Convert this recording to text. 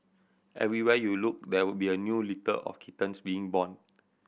everywhere you looked there would be a new litter of kittens being born